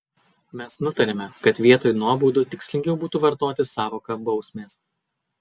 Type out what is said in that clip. mes nutarėme kad vietoj nuobaudų tikslingiau būtų vartoti sąvoką bausmės